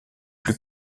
plus